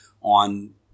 on